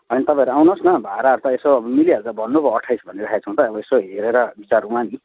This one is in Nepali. होइन तपाईँहरू आउनुहोस् न भाडाहरू त यसो मिलिहाल्छ भन्नु पो अट्ठाइस भनिराखेको छौँ त यसो हेरेर विचार गरौ ला नि